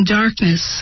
darkness